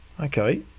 Okay